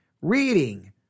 reading